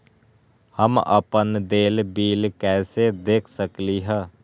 हम अपन देल बिल कैसे देख सकली ह?